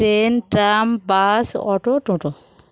train tram bus auto toto